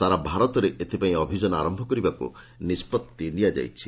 ସାରା ଭାରତରେ ଏଥିପାଇଁ ଅଭିଯାନ ଆରୟ କରିବାକୁ ନିଷ୍କଭି ନିଆଯାଇଛି